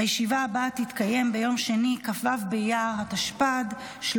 הישיבה הבאה תתקיים ביום שני, כ"ו באייר התשפ"ד,